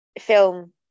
film